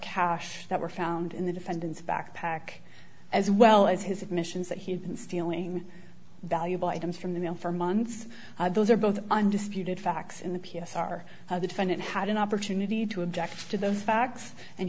cash that were found in the defendant's backpack as well as his admissions that he had been stealing valuable items from the mail for months those are both undisputed facts in the p s r the defendant had an opportunity to object to those facts and